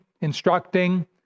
instructing